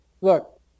look